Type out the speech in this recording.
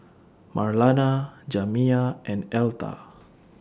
Marlana Jamiya and Elta